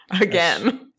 Again